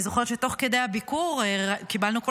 אני זוכרת שתוך כדי הביקור קיבלנו כל